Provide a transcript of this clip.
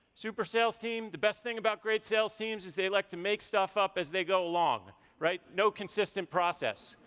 super sales team, the best thing about great sales teams is they like to make stuff up as they go along, right? no consistent process,